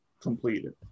completed